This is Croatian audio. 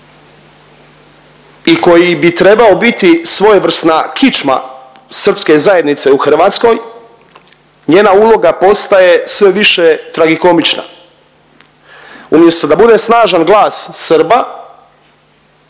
i koji bi trebao biti svojevrsna kičma srpske zajednice u Hrvatskoj njena uloga postaje sve više tragikomična. Umjesto da bude snažan glas Srba